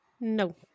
No